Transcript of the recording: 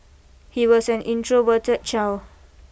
he was an introverted child